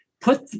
put